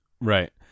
Right